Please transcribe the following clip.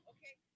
Okay